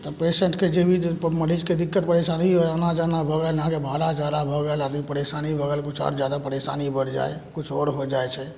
तब पेशेन्टके जे भी जे मरीजके दिक्कत परेशानी आना जाना भऽ गेल आहाँके भाड़ा जाड़ा भऽ गेल आदमी परेशानी भऽ गेल किछु आओर जादा परेशानी बढ़ि जाइ किछु आओर हो जाइ छै